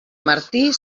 martí